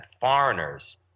foreigners –